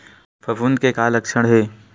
फफूंद के का लक्षण हे?